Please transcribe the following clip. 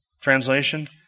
translation